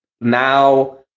now